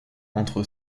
entre